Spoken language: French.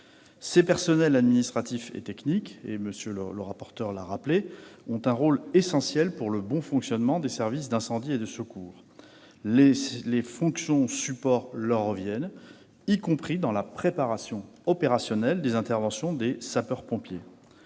Ces personnels administratifs et techniques, comme M. le rapporteur l'a souligné, ont un rôle essentiel pour le bon fonctionnement des services d'incendie et de secours. Les fonctions support leur reviennent, y compris dans la préparation opérationnelle des interventions des sapeurs-pompiers.